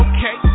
Okay